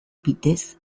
bitez